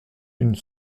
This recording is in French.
une